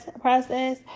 process